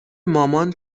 مامان